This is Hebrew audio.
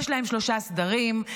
יש להם שלושה סדרים,